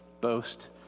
boast